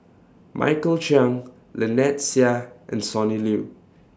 Michael Chiang Lynnette Seah and Sonny Liew